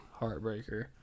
heartbreaker